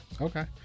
Okay